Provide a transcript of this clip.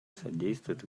содействует